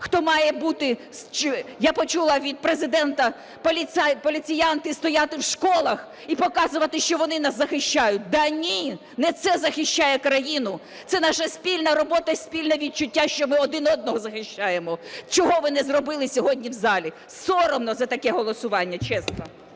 хто має бути, я почула від Президента, поліціянти стояти в школах і показувати, що вони нас захищають. Да ні, не це захищає країну, це наша спільна робота і спільне відчуття, що ми один одного захищаємо, чого ви не зробили сьогодні в залі! Соромно за таке голосування, чесно.